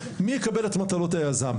מי מקבל את מטלות היזם?